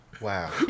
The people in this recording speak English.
Wow